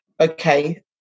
okay